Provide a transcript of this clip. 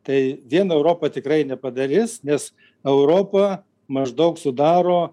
tai viena europa tikrai nepadarys nes europa maždaug sudaro